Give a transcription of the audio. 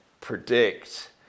predict